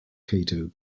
kato